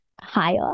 higher